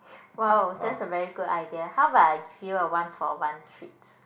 !wow! that's a very good idea how about I give you a one for one treat